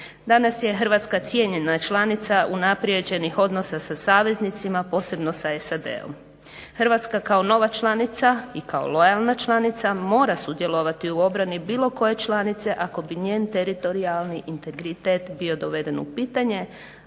Danas je Hrvatska cijenjena članica unaprijeđenih odnosa sa saveznicima, posebno sa SAD-om. Hrvatska kao nova članica i kao lojalna članica mora sudjelovati u obrani bilo koje članice ako bi njen teritorijalni integritet bio doveden u pitanje